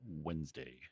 wednesday